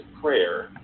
Prayer